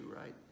right